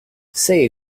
sei